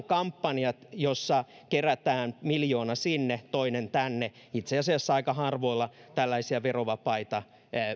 kampanjat joissa kerätään miljoona sinne toinen tänne itse asiassa aika harvoilla tällaisia verovapaita